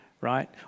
Right